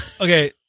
okay